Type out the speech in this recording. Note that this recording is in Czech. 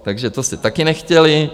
Takže to jste také nechtěli.